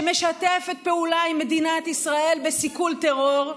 שמשתפת פעולה עם מדינת ישראל בסיכול טרור.